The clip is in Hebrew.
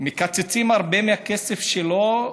מקצצים הרבה מהכסף שלו,